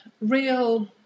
real